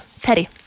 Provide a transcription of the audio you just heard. Teddy